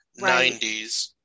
90s